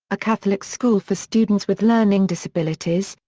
a catholic school for students with learning disabilities,